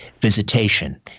visitation